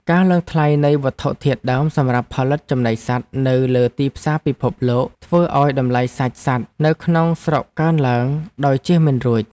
ការឡើងថ្លៃនៃវត្ថុធាតុដើមសម្រាប់ផលិតចំណីសត្វនៅលើទីផ្សារពិភពលោកធ្វើឱ្យតម្លៃសាច់សត្វនៅក្នុងស្រុកកើនឡើងដោយជៀសមិនរួច។